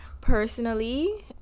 personally